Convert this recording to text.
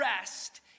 rest